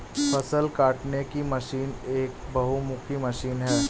फ़सल काटने की मशीन एक बहुमुखी मशीन है